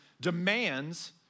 demands